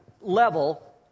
level